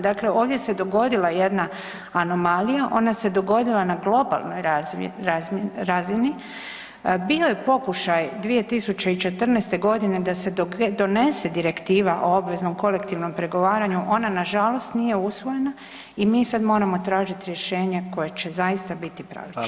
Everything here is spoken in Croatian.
Dakle ovdje se dogodila jedna anomalija, ona se dogodila na globalnoj razini, bio je pokušaj 2014. g. da se donese direktiva o obveznom kolektivnom pregovaranju, ona nažalost nije usvojena i mi sad moramo tražiti rješenje koje će zaista biti pravično.